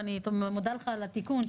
ואני מודה לך על התיקון,